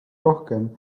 rohkem